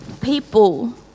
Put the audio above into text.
people